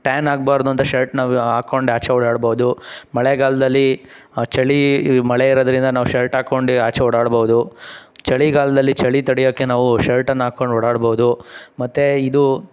tan ಆಗಬಾರ್ದು ಅಂತ ಶರ್ಟನ್ನ ಹಾಕೊಂಡ್ ಆಚೆ ಓಡಾಡ್ಬೋದು ಮಳೆಗಾಲದಲ್ಲಿ ಚಳಿ ಮಳೆ ಇರೋದರಿಂದ ನಾವು ಶರ್ಟ್ ಹಾಕೊಂಡು ಆಚೆ ಓಡಾಡ್ಬೋದು ಚಳಿಗಾಲದಲ್ಲಿ ಚಳಿ ತಡಿಯೋಕ್ಕೆ ನಾವು ಶರ್ಟನ್ನ ಹಾಕೊಂಡು ಓಡಾಡ್ಬೋದು ಮತ್ತು ಇದು